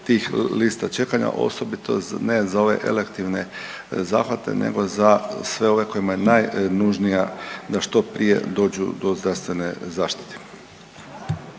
tih lista čekanja, osobito ne za ove elektivne zahvate, nego za sve ove kojima je najnužnija da što prije dođu do zdravstvene zaštite.